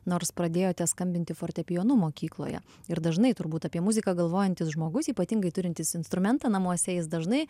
nors pradėjote skambinti fortepijonu mokykloje ir dažnai turbūt apie muziką galvojantis žmogus ypatingai turintis instrumentą namuose jis dažnai